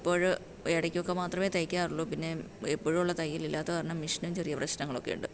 ഇപ്പോൾ ഇടയ്ക്കൊക്കെ മാത്രമേ തയ്ക്കാറുള്ളു പിന്നെ എപ്പോഴും ഉള്ള തയ്യലില്ലാത്തത് കാരണം മിഷനും ചെറിയ പ്രശ്നങ്ങളൊക്കെ ഉണ്ട്